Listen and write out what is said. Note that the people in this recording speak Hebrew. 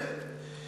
באמת?